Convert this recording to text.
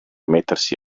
mettersi